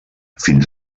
fins